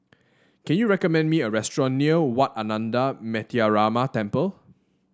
can you recommend me a restaurant near Wat Ananda Metyarama Temple